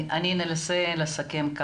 אני אנסה לסכם.